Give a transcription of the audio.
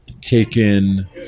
taken